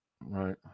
Right